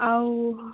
ଆଉ